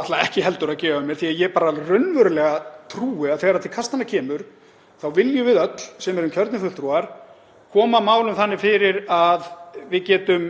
ætla ekki heldur að gefa mér því ég raunverulega trúi að þegar til kastanna kemur þá viljum við öll sem erum kjörnir fulltrúar koma málum þannig fyrir að við getum